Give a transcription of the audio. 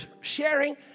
sharing